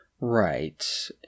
Right